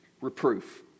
reproof